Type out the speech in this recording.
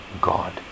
God